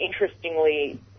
interestingly